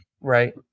Right